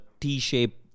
T-shaped